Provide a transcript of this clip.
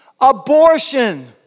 abortion